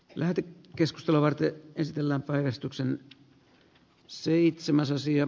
lähde keskustelevat ja esitellä päivystyksen seitsemäs asia